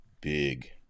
big